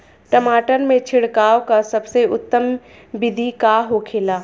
टमाटर में छिड़काव का सबसे उत्तम बिदी का होखेला?